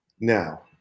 now